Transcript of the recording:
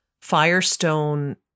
Firestone